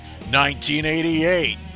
1988